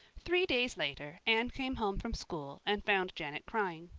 three days later anne came home from school and found janet crying.